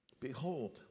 behold